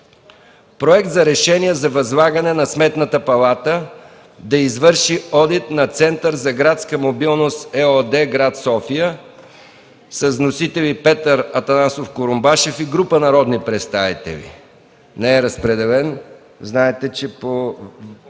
Проект за решение за възлагане на Сметната палата да извърши одит на „Център за градска мобилност” ЕООД – град София. Вносители – Петър Атанасов Курумбашев и група народни представители. Не е разпределен,